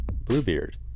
Bluebeard